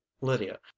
Lydia